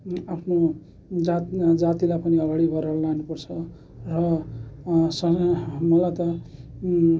आफ्नो जातमा जातिलाई पनि अगाडि बडाएर लानु पर्छ र मलाई त